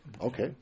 Okay